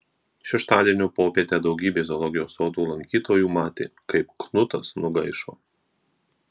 šeštadienio popietę daugybė zoologijos sodo lankytojų matė kaip knutas nugaišo